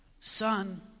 Son